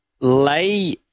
lay